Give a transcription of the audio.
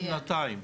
שנתיים.